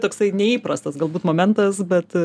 toksai neįprastas galbūt momentas bet